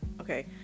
okay